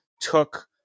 took